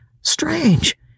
Strange